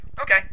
Okay